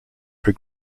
for